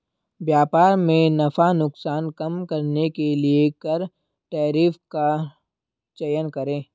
व्यापार में नफा नुकसान कम करने के लिए कर टैरिफ का चयन करे